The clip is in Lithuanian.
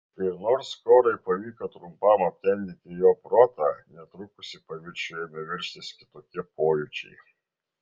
ir nors korai pavyko trumpam aptemdyti jo protą netrukus į paviršių ėmė veržtis kitokie pojūčiai